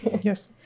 Yes